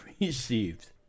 received